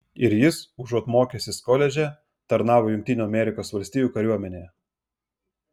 ir jis užuot mokęsis koledže tarnavo jungtinių amerikos valstijų kariuomenėje